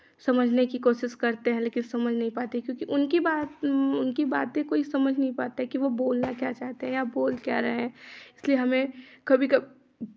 समझने की कोशिश करते हैं लेकिन समझ नहीं पाते हैं क्योंकि उनकी बात उनकी बातें कोई समझ नहीं पाते हैं कि वो बोलना क्या चाहते हैं या बोल क्या रहे हैं इसलिए हमें कभी कभी